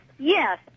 Yes